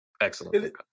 Excellent